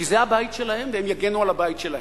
כי זה הבית שלהם, והם יגנו על הבית שלהם.